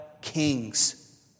kings